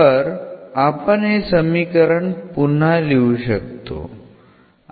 तर आपण हे समीकरण पुन्हा लिहू शकतो